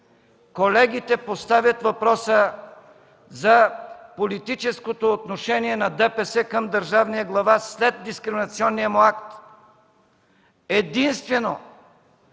Колегите поставят въпроса за политическото отношение на ДПС към Държавния глава след дискриминационния му акт. Единствено